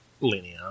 linear